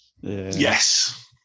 Yes